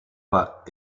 pas